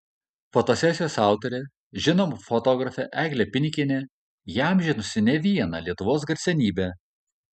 fotosesijos autorė žinoma fotografė eglė pinikienė įamžinusi ne vieną lietuvos garsenybę